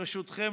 ברשותכם,